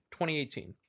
2018